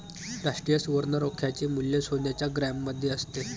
राष्ट्रीय सुवर्ण रोख्याचे मूल्य सोन्याच्या ग्रॅममध्ये असते